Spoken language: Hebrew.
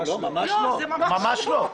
לא, לא, ממש לא.